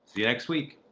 you next week!